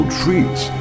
treats